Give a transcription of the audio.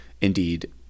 indeed